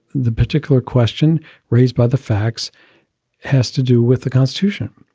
the particular question raised by the facts has to do with the constitution.